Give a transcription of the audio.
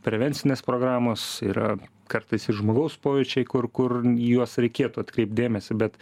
prevencinės programos yra kartais ir žmogaus pojūčiai kur kur į juos reikėtų atkreipt dėmesį bet